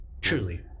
truly